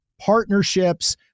partnerships